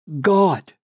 God